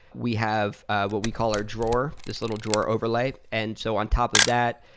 we have what we call our drawer, this little drawer overlay. and so on top of that,